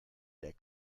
der